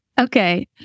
Okay